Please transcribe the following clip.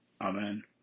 Amen